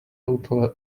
total